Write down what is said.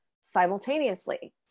simultaneously